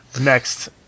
Next